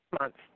months